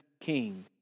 king